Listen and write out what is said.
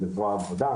למה עושים את זה?